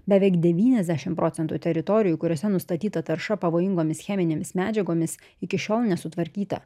beveik devyniasdešimt procentų teritorijų kuriose nustatyta tarša pavojingomis cheminėmis medžiagomis iki šiol nesutvarkyta